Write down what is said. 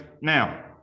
now